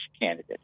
candidate